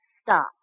stop